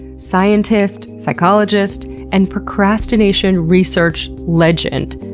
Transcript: scientist, psychologist, and procrastination research legend,